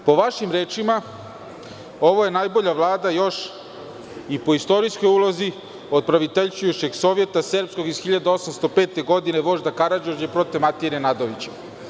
Po vašim rečima, ovo je najbolja Vlada, po istorijskoj ulozi, od Praviteljstvujuščeg sovjeta serbskog iz 1805. godine vožda Karađorđa i prote Matije Nenadovića.